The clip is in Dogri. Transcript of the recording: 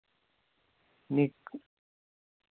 निं